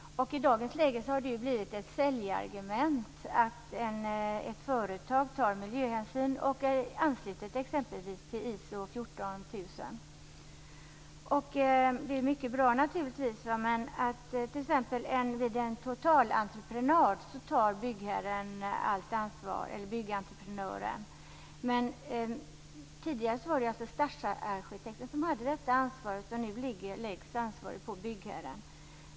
I dagens läge har det blivit ett säljargument att ett företag tar miljöhänsyn och t.ex. är anslutet till ISO 14000. Det är naturligtvis mycket bra. Vid en totalentreprenad tar byggentreprenören allt ansvar. Tidigare var det stadsarkitekten som hade det ansvaret, och nu läggs det på byggherren.